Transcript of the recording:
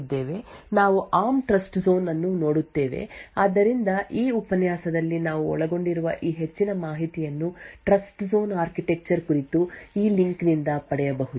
ನಾವು ARM TrustZone ಅನ್ನು ನೋಡುತ್ತೇವೆ ಆದ್ದರಿಂದ ಈ ಉಪನ್ಯಾಸದಲ್ಲಿ ನಾವು ಒಳಗೊಂಡಿರುವ ಈ ಹೆಚ್ಚಿನ ಮಾಹಿತಿಯನ್ನು ಟ್ರಸ್ಟ್ಜೋನ್ ಆರ್ಕಿಟೆಕ್ಚರ್ ಕುರಿತು ಈ ಲಿಂಕ್ ನಿಂದ ಪಡೆಯಬಹುದು